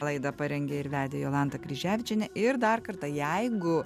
laidą parengė ir vedė jolanta kryževičienė ir dar kartą jeigu